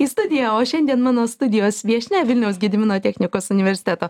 į studiją o šiandien mano studijos viešnia vilniaus gedimino technikos universiteto